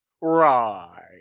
Right